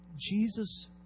Jesus